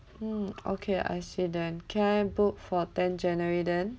mm okay I see then can I book for tenth january then